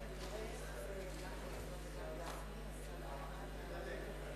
החוק לתיקון פקודת המועצות המקומיות.